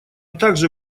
также